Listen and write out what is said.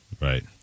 Right